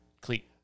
cleat